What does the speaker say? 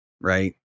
right